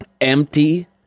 empty